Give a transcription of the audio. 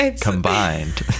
combined